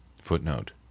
Footnote